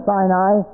Sinai